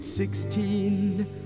Sixteen